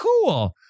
cool